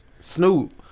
Snoop